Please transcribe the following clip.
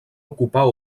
ocupar